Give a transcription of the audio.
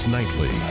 Nightly